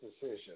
decision